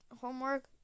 homework